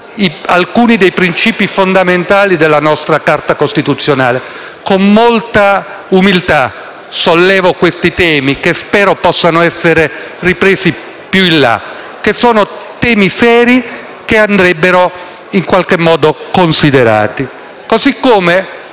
alcuni dei principi fondamentali della nostra Carta costituzionale. Con molta umiltà sollevo questi temi che spero possano essere ripresi più in là. Si tratta di temi seri che andrebbero in qualche modo considerati. Così come,